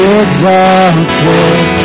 exalted